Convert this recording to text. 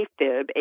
AFib